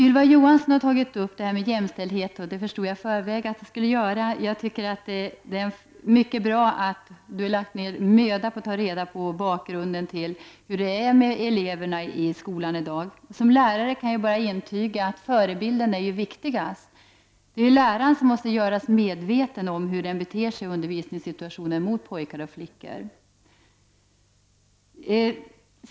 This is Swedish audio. Ylva Johansson har tagit upp jämställdheten — jag förstod i förväg att hon skulle göra det. Det är mycket bra att hon har lagt ned möda på att ta reda på hur eleverna har det i skolan i dag. Som lärare kan jag intyga att förebilden är viktigast. Det är läraren som måste göras medveten om hur han beter sig i undervisningssituationen mot pojkar och flickor.